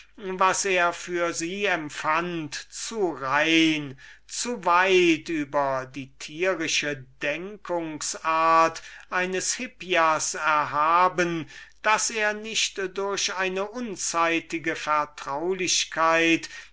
was er für sie empfand so rein so weit über die brutale denkungsart eines hippias erhaben daß er durch eine unzeitige vertraulichkeit